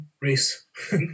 race